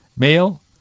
Male